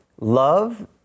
love